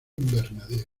invernadero